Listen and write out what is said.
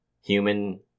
human